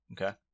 Okay